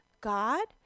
god